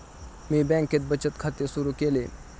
मी बँकेत बचत खाते सुरु केले